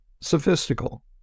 sophistical